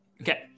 okay